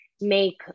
make